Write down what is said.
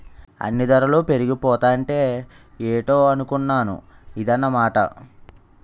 అన్నీ దరలు పెరిగిపోతాంటే ఏటో అనుకున్నాను ఇదన్నమాట